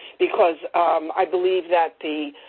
because i believe that the